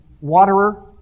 waterer